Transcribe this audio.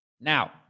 Now